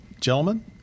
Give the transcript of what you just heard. Gentlemen